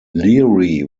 leary